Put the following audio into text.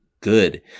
good